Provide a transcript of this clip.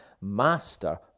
Master